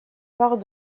part